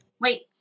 Wait